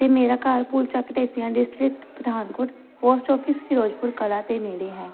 ਅਤੇ ਮੇਰਾ ਘਰ Bhool Chak Dhesian district Pathankot post office Firozpur Kalan ਦੇ ਨੇੜੇ ਹੈ